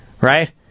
Right